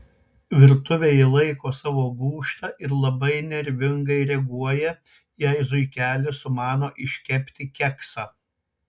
virtuvę ji laiko savo gūžta ir labai nervingai reaguoja jei zuikelis sumano iškepti keksą